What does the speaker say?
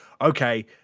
okay